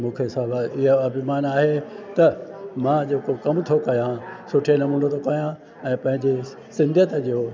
मूंखे इहो अभिमानु आहे त मां जेको कम थो कया सुठे नमूने थो कया ऐं पंहिंजे सिंधियत जो